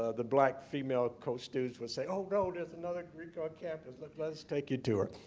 ah the black female coach students would say, oh no, there's another greek on campus. look, let us take you to her.